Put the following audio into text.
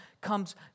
comes